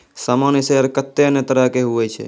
सामान्य शेयर कत्ते ने तरह के हुवै छै